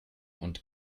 und